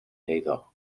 eiddo